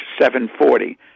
740